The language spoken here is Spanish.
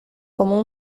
como